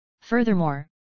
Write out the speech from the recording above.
Furthermore